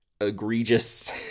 egregious